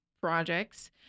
projects